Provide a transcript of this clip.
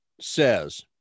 says